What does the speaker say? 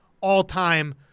all-time